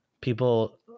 people